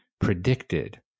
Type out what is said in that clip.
predicted